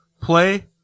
play